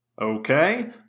Okay